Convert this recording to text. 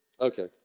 Okay